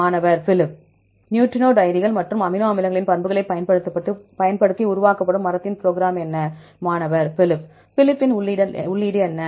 மாணவர் phylip Phylip phylip ன் உள்ளீடு என்ன